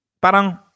parang